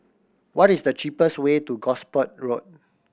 what is the cheapest way to Gosport Road